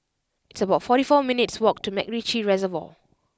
it's about forty four minutes' walk to MacRitchie Reservoir